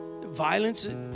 Violence